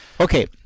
Okay